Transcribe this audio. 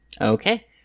Okay